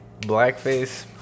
Blackface